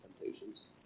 temptations